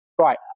right